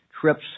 trips